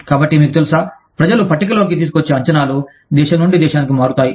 కాబట్టి మీకు తెలుసా ప్రజలు పట్టికలోకి తీసుకువచ్చే అంచనాలు దేశం నుండి దేశానికి మారుతాయి